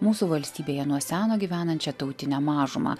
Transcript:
mūsų valstybėje nuo seno gyvenančią tautinę mažumą